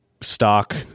stock